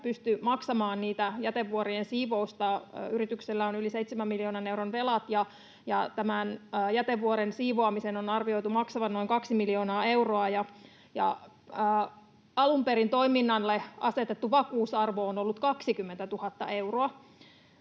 pysty maksamaan niiden jätevuorien siivousta. Yrityksellä on yli seitsemän miljoonan euron velat, ja tämän jätevuoren siivoamisen on arvioitu maksavan noin kaksi miljoonaa euroa. Alun perin toiminnalle asetettu vakuusarvo on ollut 20 000 euroa.